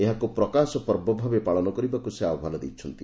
ଏହାକୁ ପ୍ରକାଶ ପର୍ବ ଭାବେ ପାଳନ କରିବାକୁ ସେ ଆହ୍ବାନ ଦେଇଛନ୍ତି